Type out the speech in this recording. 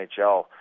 NHL